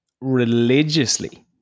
religiously